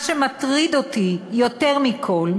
מה שמטריד אותי יותר מכול,